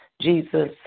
Jesus